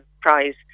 prize